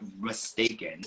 mistaken